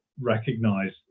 recognize